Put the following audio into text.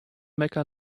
mecca